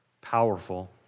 powerful